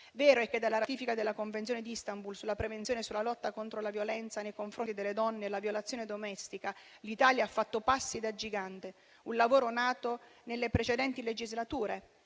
Vero è che, dalla ratifica della Convenzione di Istanbul sulla prevenzione e sulla lotta contro la violenza nei confronti delle donne e la violenza domestica, l'Italia ha fatto passi da gigante, un lavoro nato nelle precedenti legislature